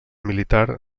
militar